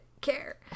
care